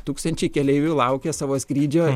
tūkstančiai keleivių laukia savo skrydžio